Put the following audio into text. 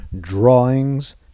drawings